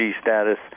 status